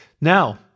Now